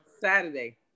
Saturday